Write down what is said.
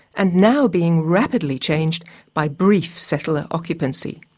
and now being rapidly changed by brief settler occupancy.